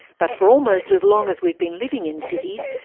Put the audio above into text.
but for almost as long as we've been living in cities,